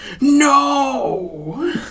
No